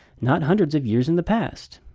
not hundreds of years in the past.